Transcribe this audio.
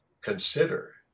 consider